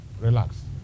Relax